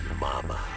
Mama